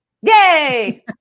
Yay